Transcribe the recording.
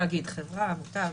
כל מי שהוא תאגיד, חברה, עמותה.